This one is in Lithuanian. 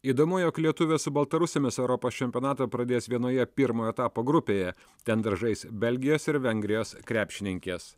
įdomu jog lietuvės su baltarusėmis europos čempionatą pradės vienoje pirmojo etapo grupėje ten dar žais belgijos ir vengrijos krepšininkės